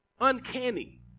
Uncanny